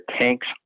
tanks